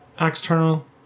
external